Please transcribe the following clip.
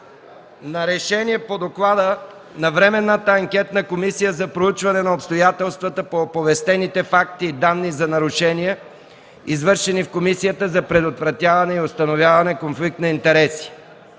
на Решение по Доклада на Временната анкетна комисия за проучване на обстоятелствата по оповестените факти и данни за нарушения, извършени в Комисията за предотвратяване и установяване конфликт на интереси.